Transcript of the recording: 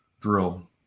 drill